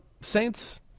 Saints